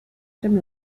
dem